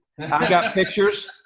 i've got pictures.